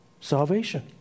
salvation